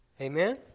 Amen